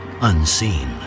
unseen